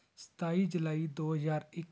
ਸਤਾਈ ਜੁਲਾਈ ਦੋ ਹਜ਼ਾਰ ਇੱਕ